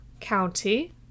County